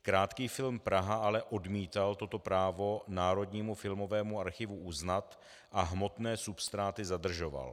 Krátký film Praha ale odmítal toto právo Národnímu filmovému archivu uznat a hmotné substráty zadržoval.